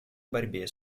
борьбе